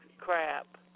crap